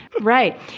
Right